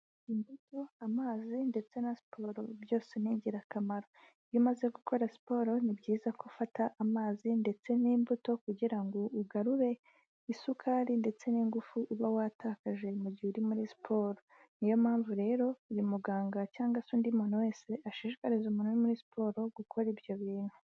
Imbuto, amazi ndetse na siporo byose ni ingirakamaro, iyo umaze gukora siporo ni byiza ko ufata amazi ndetse n'imbuto kugira ngo ugarure isukari ndetse n'ingufu uba watakaje mu gihe uri muri siporo, ni yo mpamvu rero uyu muganga cyangwa se undi muntu wese ashishikariza umuntu muri siporo gukora ibyo bintu.